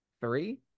three